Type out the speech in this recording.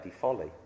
Folly